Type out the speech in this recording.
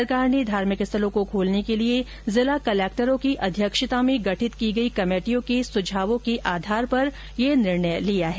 सरकार ने धार्मिक स्थलों को खोलने के लिए जिला कलेक्टरों की अध्यक्षता में गठित की गई कमेटियों के सुझावों के आधार पर यह निर्णय लिया है